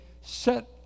set